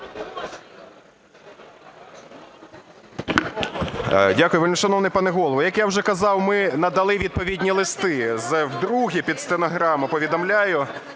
Дякую. Вельмишановний пане Голово, як я вже казав, ми надали відповідні листи. Вдруге під стенограму повідомляю: